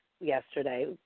yesterday